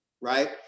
right